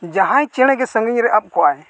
ᱡᱟᱦᱟᱸᱭ ᱪᱮᱬᱮ ᱜᱮ ᱥᱟᱺᱜᱤᱧᱨᱮ ᱟᱵ ᱠᱚᱜᱼᱟᱭ